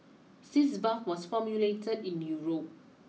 Sitz Bath was formulated in Europe